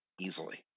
easily